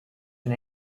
and